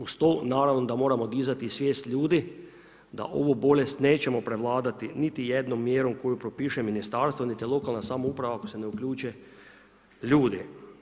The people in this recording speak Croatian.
Uz to naravno da moramo izdati svijest ljudi, da ovu bolest nećemo prevladati, niti jednom mjerom koju propiše ministarstvo niti lokalna samouprava ako se ne uključe ljudi.